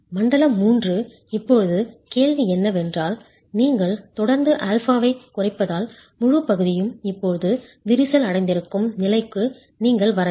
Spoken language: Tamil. மண்டலம் 3 இப்போது கேள்வி என்னவென்றால் நீங்கள் தொடர்ந்து α ஐக் குறைப்பதால் முழுப் பகுதியும் இப்போது விரிசல் அடைந்திருக்கும் நிலைக்கு நீங்கள் வர வேண்டும்